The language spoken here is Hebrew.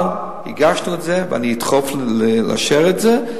הגשנו את זה, ואני אדחף לאשר את זה,